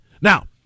Now